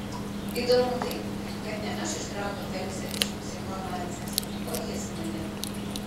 įdomu tai kad ne aš ištraukiau feliksą iš psichoanalizės o jis mane